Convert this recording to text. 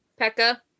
Pekka